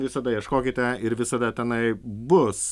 visada ieškokite ir visada tenai bus